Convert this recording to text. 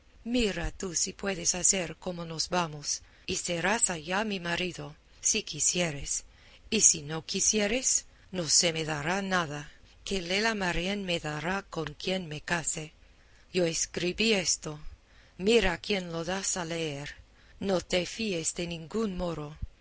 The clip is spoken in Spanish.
mira tú si puedes hacer cómo nos vamos y serás allá mi marido si quisieres y si no quisieres no se me dará nada que lela marién me dará con quien me case yo escribí esto mira a quién lo das a leer no te fíes de ningún moro